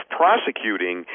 prosecuting